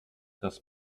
das